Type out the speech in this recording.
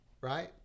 right